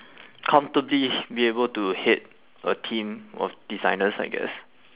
comfortably be able to head a team of designers I guess